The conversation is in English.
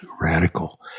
radical